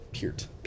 Peart